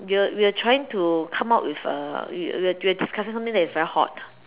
we were we were trying to come up with a we were we were discussing something that is very hot